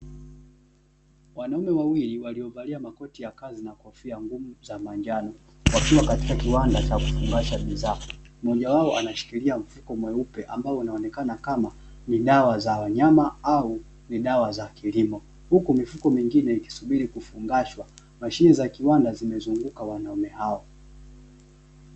Wanaume wawili waliovalia mavazi na kofia za manjanowakiwa katika kiwanda cha kufungasha bidhaa mmoja anashikiliwa mfuko